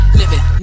living